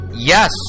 Yes